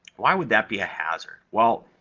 why would that be a hazard? well,